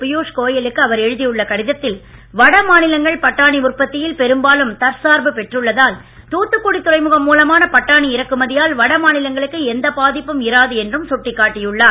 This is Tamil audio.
பீயுஷ் கோய லுக்கு அவர் எழுதியுள்ள கடிதத்தில் வட மாநிலங்கள் பட்டாணி உற்பத்தியில் பெரும்பாலும் தற்சார்பு பெற்றுள்ளதால் தாத்துக்குடி துறைமுகம் மூலமான பட்டாணி இறக்குமதியால் வட மாநிலங்களுக்கு எந்த பாதிப்பும் இராது என்றும் சுட்டிக் காட்டியுள்ளார்